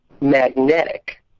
magnetic